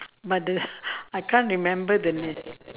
but the I can't remember the name